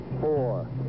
four